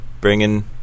bringing